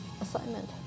assignment